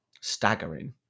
staggering